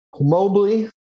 Mobley